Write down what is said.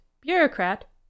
Bureaucrat